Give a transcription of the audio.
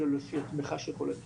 אלא לפי התמיכה שאנחנו יכולים לקבל.